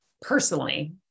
personally